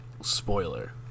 spoiler